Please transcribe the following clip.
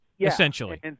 essentially